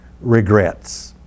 regrets